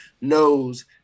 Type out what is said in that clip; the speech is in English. knows